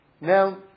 Now